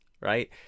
right